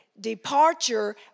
departure